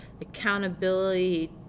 Accountability